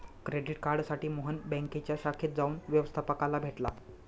credit कार्डसाठी मोहन बँकेच्या शाखेत जाऊन व्यवस्थपकाला भेटला